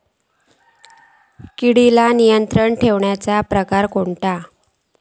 किडिक नियंत्रण ठेवुचा प्रकार काय?